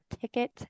Ticket